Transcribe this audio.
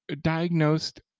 diagnosed